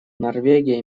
норвегия